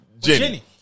Jenny